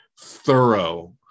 thorough